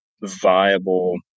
viable